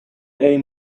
aim